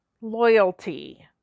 loyalty